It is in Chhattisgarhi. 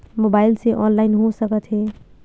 मोबाइल से ऑनलाइन हो सकत हे?